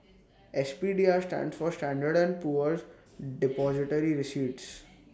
S P D R stands for standard and Poor's Depository receipts